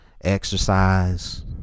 Exercise